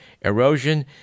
Erosion